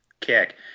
kick